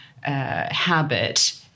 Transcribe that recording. habit